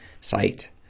site